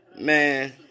Man